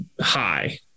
high